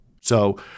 So-